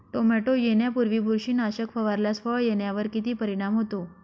Tomato येण्यापूर्वी बुरशीनाशक फवारल्यास फळ येण्यावर किती परिणाम होतो?